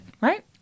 Right